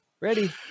ready